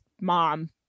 mom